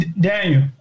Daniel